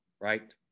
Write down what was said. right